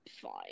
fine